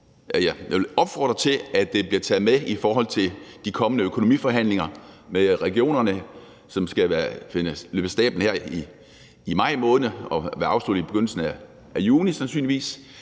Jeg vil opfordre til, at det bliver taget med i forhold til de kommende økonomiforhandlinger med regionerne, som løber af stablen her i maj måned og sandsynligvis vil være afsluttet i begyndelsen af juni. Ellers